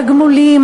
תגמולים,